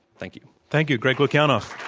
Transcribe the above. thank you. thank you, greg lukianoff.